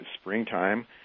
springtime